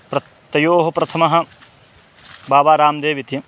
प्रथमः तयोः प्रथमः बाबा राम्देव् इति